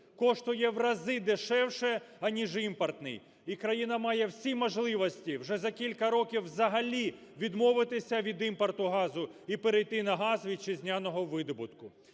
коштує врази дешевше аніж імпортний, і країна має всі можливості вже за кілька років взагалі відмовитись від імпорту газу і перейти на газ вітчизняного видобутку.